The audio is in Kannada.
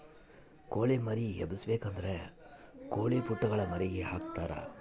ಕೊಳಿ ಮರಿ ಎಬ್ಬಿಸಬೇಕಾದ್ರ ಕೊಳಿಪುಟ್ಟೆಗ ಮರಿಗೆ ಹಾಕ್ತರಾ